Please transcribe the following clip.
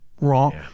wrong